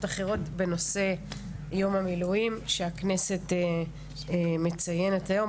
אחרות בנושא יום המילואים שהכנסת מציינת היום,